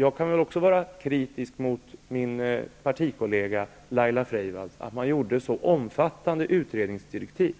Jag kan också vara kritisk mot att min partikollega Laila Freivalds gav så omfattande utredningsdirektiv.